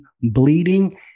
bleeding